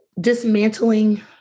dismantling